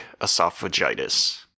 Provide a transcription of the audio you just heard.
esophagitis